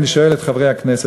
אני שואל את חברי הכנסת,